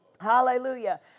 Hallelujah